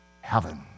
heaven